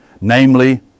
Namely